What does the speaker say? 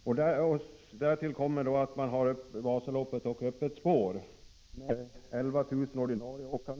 I Vasaloppet deltar mer än 11 000 ordinarie Vasaloppsåkare och dessutom minst 10 000 åkare i Öppet spår-loppet.